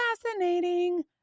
fascinating